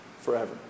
forever